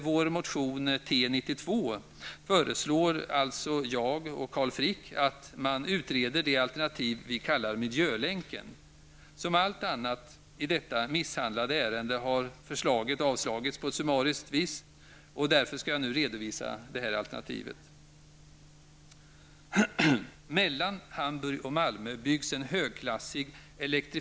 Carl Frick och jag föreslår i motion T92 att man utreder det alternativ som vi kallar miljölänken. Förslaget har -- som allt annat i detta misshandlade ärende -- avslagits på ett summariskt vis. Jag skall därför nu redovisa detta alternativ. Bält.